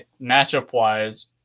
matchup-wise